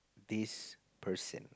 this person